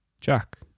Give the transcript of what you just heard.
Jack